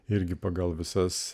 irgi pagal visas